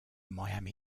miami